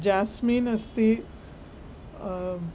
jasmine अस्ति